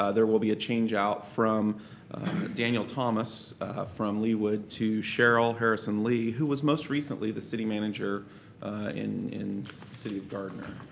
ah there will be a change out from daniel thomas from leewood to cheryl harrison-lee, who was most recently the city manager in the city of gardner.